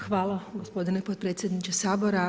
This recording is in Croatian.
Hvala gospodine potpredsjedniče Sabora.